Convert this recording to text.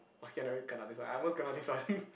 okay I never kena this one I almost kena this one